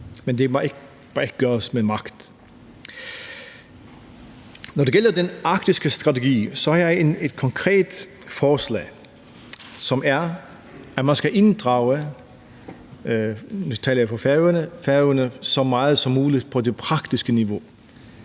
bare ikke gøres med magt. Kl. 16:02 Når det gælder den arktiske strategi, har jeg et konkret forslag, som er, at man skal inddrage Færøerne så meget som muligt på det praktiske niveau.